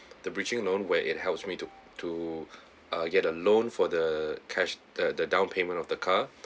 the bridging loan where it helps me to to ah get a loan for the cash the the down payment of the car